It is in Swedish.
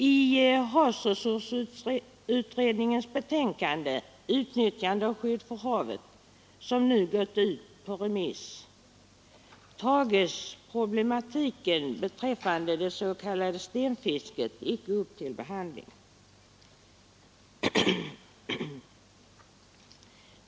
I havsresursutredningens betänkande ”Utnyttjande och skydd för havet”, som nu gått ut på remiss, tas problematiken beträffande det s.k. stenfisket inte upp till behandling.